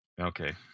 Okay